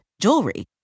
jewelry